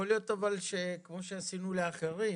יכול להיות אבל שכמו שעשינו לאחרים,